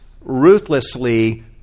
ruthlessly